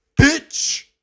Bitch